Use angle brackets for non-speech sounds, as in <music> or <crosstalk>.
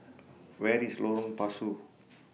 Where IS Lorong Pasu <noise>